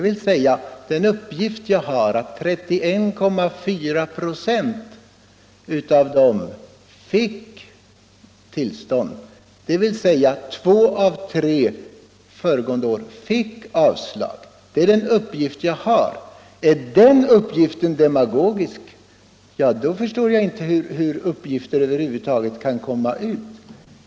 var den uppgift jag har, nämligen att 31,4 "» av dem fick tillstånd till vapenfri tjänst, dvs. två av tre fick föregående år avslag på sin framställning. Det är den uppgift jag har. Om den uppgiften är demagogisk förstår jag inte hur uppgifter över huvud taget kommer fram.